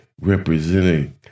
representing